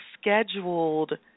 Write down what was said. scheduled